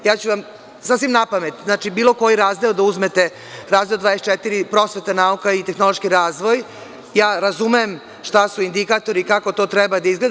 Ja ću vam sasvim napamet, znači, bilo koji razdeo da uzmete, razdeo 24. prosveta, nauka i tehnološki razvoj, ja razumem šta su indikatori i kako to treba da izgleda.